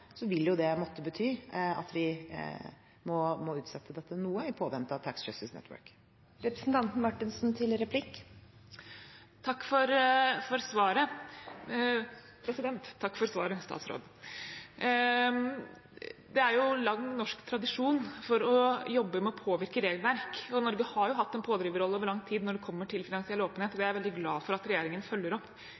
vil det måtte bety at vi må utsette dette noe i påvente av Tax Justice Network. Takk for svaret. Det er jo lang norsk tradisjon for å jobbe med å påvirke regelverk. Norge har hatt en pådriverrolle over lang tid når det kommer til finansiell åpenhet, og det er jeg veldig glad for at regjeringen følger opp